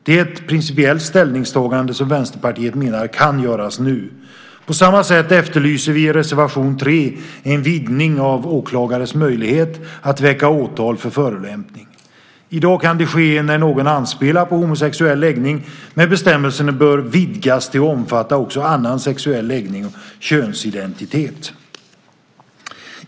Det är ett principiellt ställningstagande som Vänsterpartiet menar kan göras nu. På samma sätt efterlyser vi i reservation 3 en vidgning av åklagares möjlighet att väcka åtal för förolämpning. I dag kan det ske när någon anspelar på homosexuell läggning, men bestämmelsen bör vidgas till att omfatta också annan sexuell läggning och könsidentitet.